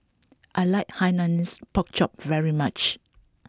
I like hainanese pork chop very much